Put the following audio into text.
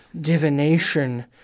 divination